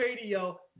Radio